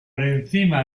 encima